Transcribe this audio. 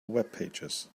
webpages